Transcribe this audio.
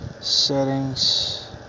Settings